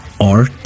art